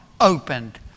opened